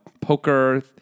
poker